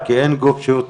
כולל מגבלות כוח אדם ---,